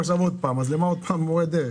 למה שוב מורי דרך?